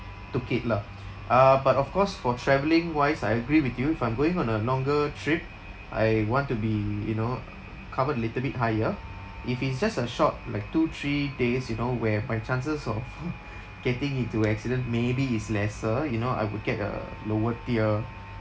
took it lah uh but of course for travelling wise I agree with you if I'm going on a longer trip I want to be you know covered a little bit higher if it's just a short like two three days you know where my chances of getting into accident maybe is lesser you know I would get a lower tier